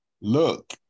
look